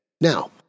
Now